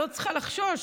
לא צריכה לחשוש,